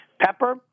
pepper